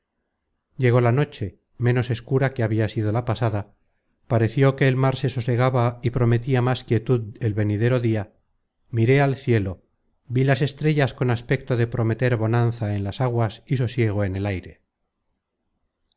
llegó la noche ménos escura que habia sido la pasada pareció que el mar se sosegaba y prometia más quietud el venidero dia miré al cielo vi las estrellas con aspecto de prometer bonanza en las aguas y sosiego en el aire